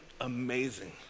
amazing